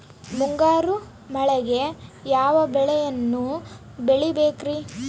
ಮುಂಗಾರು ಮಳೆಗೆ ಯಾವ ಬೆಳೆಯನ್ನು ಬೆಳಿಬೇಕ್ರಿ?